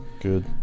Good